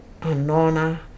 Anona